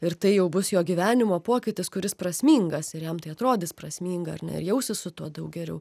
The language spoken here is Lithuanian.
ir tai jau bus jo gyvenimo pokytis kuris prasmingas ir jam tai atrodys prasminga ar ne ir jausis su tuo daug geriau